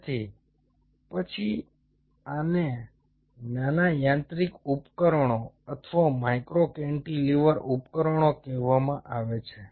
તેથી પછી આને નાના યાંત્રિક ઉપકરણો અથવા માઇક્રો કેન્ટિલીવર ઉપકરણો કહેવામાં આવે છે